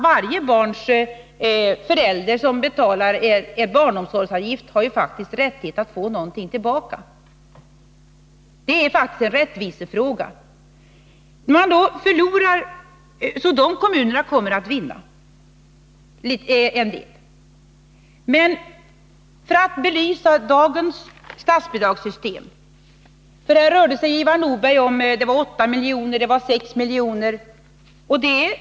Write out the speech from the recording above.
Varje förälder som betalar en barnomsorgsavgift har ju rättighet att få någonting tillbaka. Det är faktiskt en rättvisefråga. Dessa kommuner kommer alltså att vinna en del. Jag vill något belysa dagens statsbidragssystem. Här rörde sig Ivar Nordberg med siffror på 8 milj.kr. och 6 milj.kr.